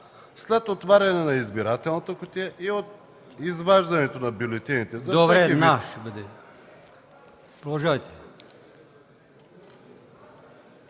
След отваряне на избирателната кутия и изваждането на бюлетините